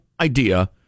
idea